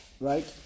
Right